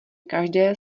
každé